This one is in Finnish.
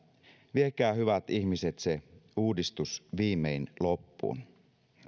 viekää hyvät ihmiset se uudistus viimein loppuun